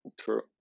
true